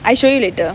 I show you later